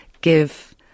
give